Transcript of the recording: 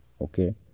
okay